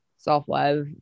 self-love